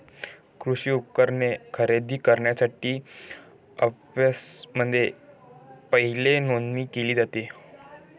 कृषी उपकरणे खरेदी करण्यासाठी अँपप्समध्ये पहिली नोंदणी केली जाते